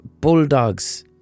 bulldogs